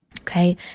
okay